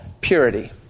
purity